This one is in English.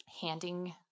handing